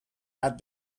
had